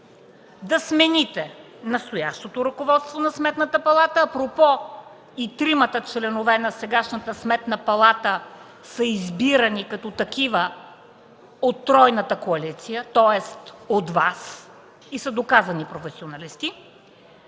да смените настоящото ръководство на Сметната палата, апропо и тримата членове на сегашната Сметна палата са избирани като такива от тройната коалиция, тоест от Вас, и са доказани професионалисти.